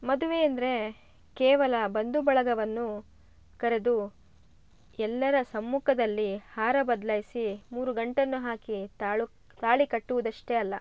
ಮದುವೆ ಅಂದರೆ ಕೇವಲ ಬಂಧು ಬಳಗವನ್ನು ಕರೆದು ಎಲ್ಲರ ಸಮ್ಮುಖದಲ್ಲಿ ಹಾರ ಬದ್ಲಾಯಿಸಿ ಮೂರು ಗಂಟನ್ನು ಹಾಕಿ ತಾಲೂಕ್ ತಾಳಿ ಕಟ್ಟುವುದಷ್ಟೇ ಅಲ್ಲ